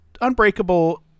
Unbreakable